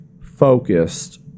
focused